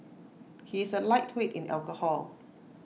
he is A lightweight in alcohol